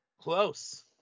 Close